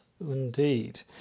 Indeed